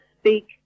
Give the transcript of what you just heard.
speak